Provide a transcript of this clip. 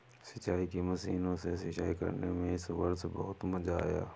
सिंचाई की मशीनों से सिंचाई करने में इस वर्ष बहुत मजा आया